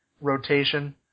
rotation